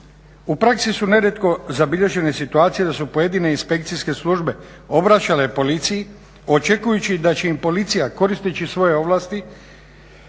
U praksi su nerijetko zabilježene situacije da su pojedine inspekcijske službe obraćale policiji očekujući da će im policija koristeći svoje ovlasti